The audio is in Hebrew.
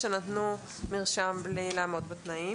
שנתנו מרשם בלי לעמוד בתנאים.